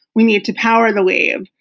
we need to power the wave.